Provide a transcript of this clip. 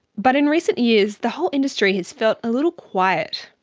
but in recent years the whole industry has felt a little quiet.